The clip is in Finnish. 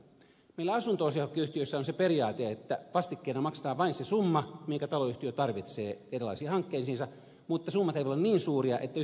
meillä asunto osakeyhtiöissä on se periaate että vastikkeena maksetaan vain se summa minkä taloyhtiö tarvitsee erilaisiin hankkeisiinsa mutta summat eivät voi olla niin suuria että yhtiön täytyisi tehdä voittoa